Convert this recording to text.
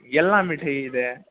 ಎಲ್ಲ ಮಿಠಾಯಿ ಇದೆ